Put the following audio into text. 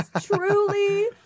truly